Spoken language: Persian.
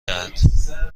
دهد